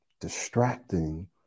distracting